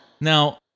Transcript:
Now